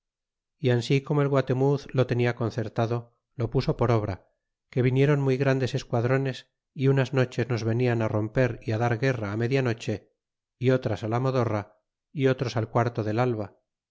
y ansi como el guatemuz lo tenia concertado lo puso por obra que vinieron muy grandes esquadrones y unas noches nos venian á romper y dar guerra á media noche y otras á la modorra y otros al quarto del alba